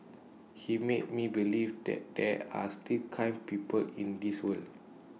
he made me believe that there are still kind people in this world